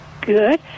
Good